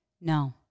No